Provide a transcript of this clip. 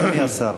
אדוני השר.